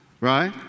Right